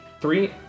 three